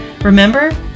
Remember